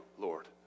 Lord